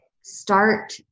start